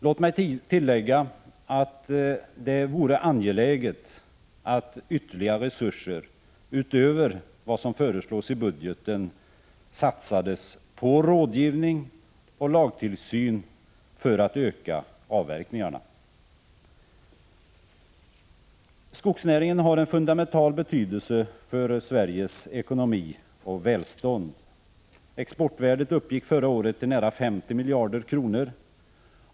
Låt mig tillägga att det vore angeläget att ytterligare resurser, utöver vad som föreslås i budgeten, satsades på rådgivning och lagtillsyn för att öka avverkningarna. Skogsnäringen har en fundamental betydelse för Sveriges ekonomi och välstånd. Exportvärdet uppgick förra året till nära 50 miljarder kronor.